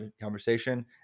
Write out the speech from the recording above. conversation